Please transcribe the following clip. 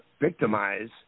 victimize